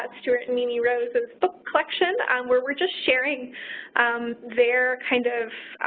but stuart and mimi roses' book collection, where we're just sharing their kind of.